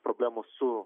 problemų su